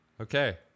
Okay